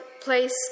place